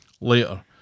Later